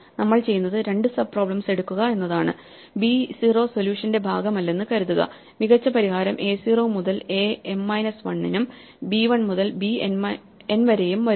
നമ്മൾ ചെയ്യുന്നത് രണ്ട് സബ് പ്രോബ്ലെംസ് എടുക്കുക എന്നതാണ് b 0 സൊല്യൂഷന്റെ ഭാഗമല്ലെന്ന് കരുതുക മികച്ച പരിഹാരം a0 മുതൽ എ m മൈനസ് 1 നും b 1 മുതൽ bn വരെയും വരുന്നു